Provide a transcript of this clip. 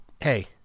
hey